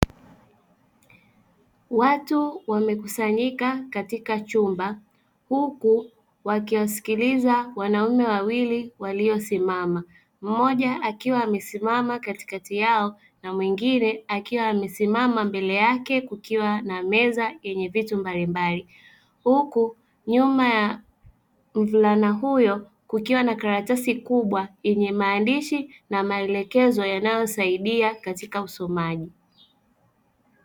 Watu wamekusanyika katika chumba, huku wakiwasikiliza wanaume wawili walio simama. Mmoja akiwa amesimama katikati yao, na mwingine akiwa amesimama mbele yake kukiwa na meza yenye vitu mbalimbali. Huku nyuma ya mvulana huyo kukiwa na karatasi kubwa, yenye maandishi na maelekezo yanayo saidia katika usomaji.